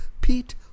Pete